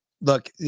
look